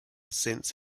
since